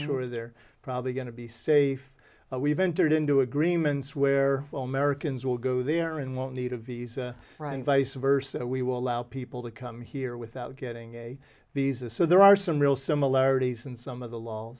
sure they're probably going to be safe but we've entered into agreements where the americans will go there and won't need a visa and vice versa we will allow people to come here without getting a visa so there are some real similarities and some of the law